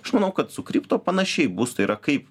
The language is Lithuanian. aš manau kad su kripto panašiai bus tai yra kaip